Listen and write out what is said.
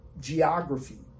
geography